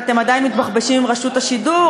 אתם עדיין מתבחבשים עם רשות השידור,